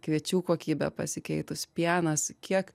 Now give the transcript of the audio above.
kviečių kokybė pasikeitus pienas kiek